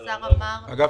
והשר אמר --- לא,